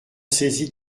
saisie